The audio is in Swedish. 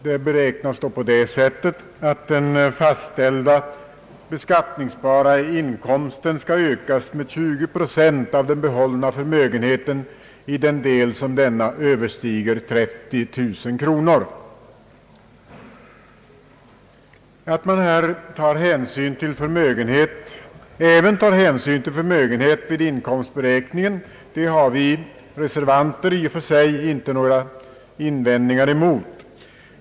Den beräknas då på det sättet att den fastställda — beskattningsbara inkomsten skall ökas med 20 procent av den behållna förmögenheten i den del som denna överstiger 30 000 kronor. Att man här även tar hänsyn till förmögenhet vid inkomstberäkningen har vi reservanter i och för sig inte några invändningar emot.